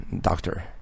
doctor